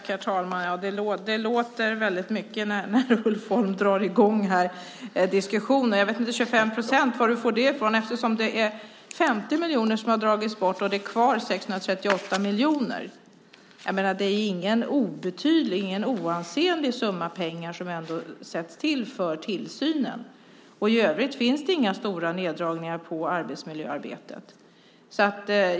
Herr talman! Det låter väldigt mycket när Ulf Holm drar i gång diskussionen. Jag vet inte var han får siffran 25 procent ifrån. Det är 50 miljoner som har dragits bort, och det är 638 miljoner kvar. Det är ändå ingen oansenlig summa som avsätts för tillsynen. I övrigt finns det inga stora neddragningar på arbetsmiljöarbetet.